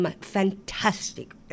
fantastic